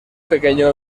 pequeño